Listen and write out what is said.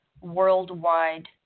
worldwide